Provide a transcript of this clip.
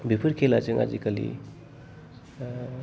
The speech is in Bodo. बेफोर खेलाजों आजिखालि